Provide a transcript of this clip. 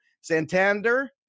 Santander